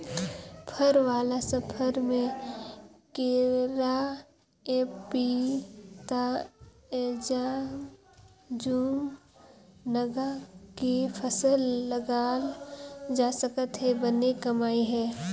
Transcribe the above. फर वाला फसल में केराएपपीताएजामएमूनगा के फसल लगाल जा सकत हे बने कमई हे